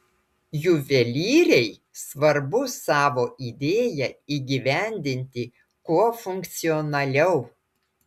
juvelyrei svarbu savo idėją įgyvendinti kuo funkcionaliau